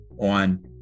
on